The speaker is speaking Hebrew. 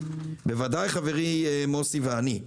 בוודאי חברי מוסי רז ואני,